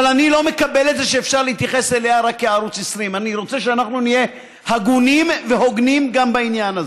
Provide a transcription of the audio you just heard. אבל אני לא מקבל את זה שאפשר להתייחס אליה רק כערוץ 20. אני רוצה שאנחנו נהיה הגונים והוגנים גם בעניין הזה.